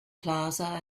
plaza